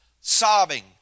sobbing